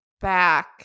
back